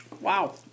Wow